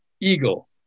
Eagle